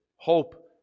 hope